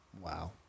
Wow